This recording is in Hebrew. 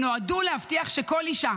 הם נועדו להבטיח שכל אישה,